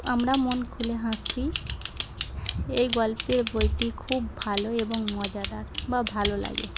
আমরা মন খুলে হাসি এই গল্পের বইটি খুব ভালো এবং মজাদার বা ভালো লাগে